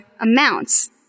amounts